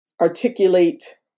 articulate